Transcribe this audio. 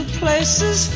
places